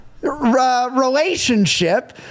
relationship